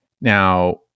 Now